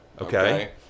Okay